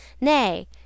Nay